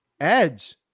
Edge